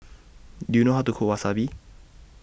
Do YOU know How to Cook Wasabi